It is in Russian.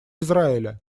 израиля